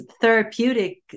therapeutic